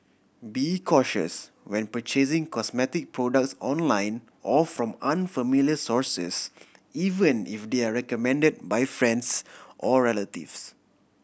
be cautious when purchasing cosmetic products online or from unfamiliar sources even if they are recommended by friends or relatives